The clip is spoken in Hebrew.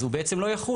אז הוא בעצם לא יחול.